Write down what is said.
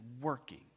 working